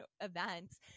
events